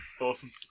Awesome